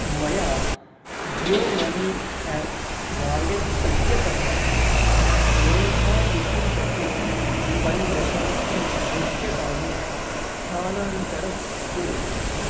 मया Jio money app wallet इत्यतः मेधातिथिं प्रति पञ्चसहस्ररूप्यकाणि स्थानान्तरं कुरु